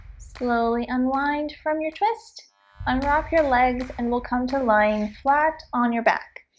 slowly unwind from your twist unwrapped your legs and we'll come to lying flat on your back